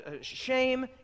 shame